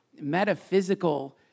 metaphysical